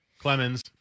Clemens